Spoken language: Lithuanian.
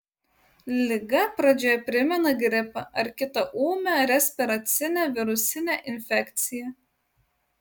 liga pradžioje primena gripą ar kitą ūmią respiracinę virusinę infekciją